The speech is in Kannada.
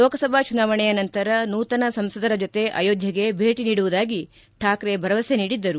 ಲೋಕಸಭಾ ಚುನಾವಣೆಯ ನಂತರ ನೂತನ ಸಂಸದರ ಜೊತೆ ಅಯೋಧ್ವೆಗೆ ಭೇಟ ನೀಡುವುದಾಗಿ ಕಾಕ್ರೆ ಭರವಸೆ ನೀಡಿದ್ದರು